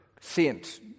saint—